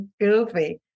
goofy